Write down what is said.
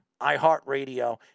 iHeartRadio